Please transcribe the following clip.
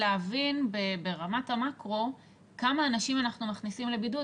להבין ברמת המקרו כמה אנשים אנחנו מכניסים לבידוד